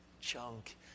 junk